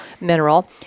mineral